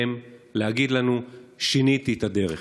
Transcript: להגיד לנו: שיניתי את הדרך.